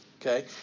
Okay